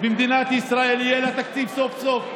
ולמדינת ישראל יהיה סוף-סוף תקציב,